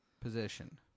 position